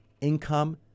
income